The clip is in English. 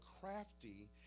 crafty